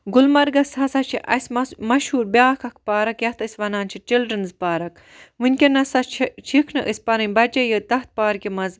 گُلمَرگَس ہَسا چھِ اَسہِ مَشہور بیاکھ اکھ پارَک یَتھ أسۍ وَنان چھِ چِلرَنز پارک وِنکٮ۪ن ہَسا چھِ چھِکھ نہٕ أسۍ پَنٕنۍ بَچے یٲتۍ تتھ پارکہِ مَنٛز